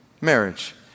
marriage